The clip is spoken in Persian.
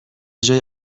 جای